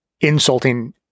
insulting